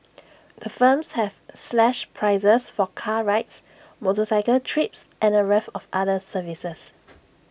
the firms have slashed prices for car rides motorcycle trips and A raft of other services